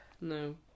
No